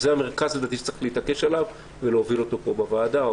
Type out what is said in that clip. זה לדעתי המרכז שצריך להתעקש עליו ולהוביל אותו פה בוועדה,